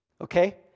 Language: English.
okay